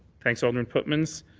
thanks, alderman putman.